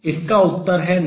इसका उत्तर है नहीं